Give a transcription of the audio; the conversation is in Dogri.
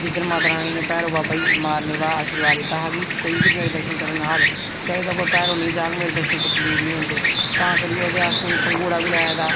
जिद्धर माता रानी ने भैरो बाबा गी मारने दा आशीर्वाद दित्ता हा की कोई बी मेरे दर्शन करन आग जदूं तक्कर भैरो नी जाग मेरे दर्शन कम्प्लीट नी होंदे तां करियै ओह्दे आस्तै हून पंघूड़ा बी लाए दा